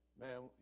man